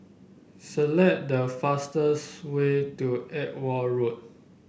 select the fastest way to Edgware Road